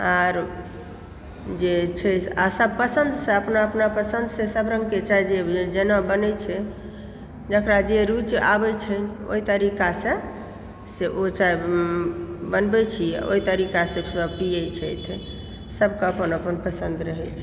आर जे छै सब पसन्दसँ अपना अपना पसन्दसँ सब रङ्गके चाय जेना बनै छै जकरा जे रुचि आबै छै ओहि तरीका से ओ चाय बनबै छी आ ओहि तरीका से सब पियै छथि सबके अपन अपन पसन्द रहै छनि